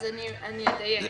אני אדייק.